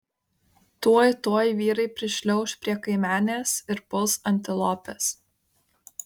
tuoj tuoj vyrai prišliauš prie kaimenės ir puls antilopes